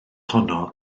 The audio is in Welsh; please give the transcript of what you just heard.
honno